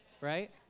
right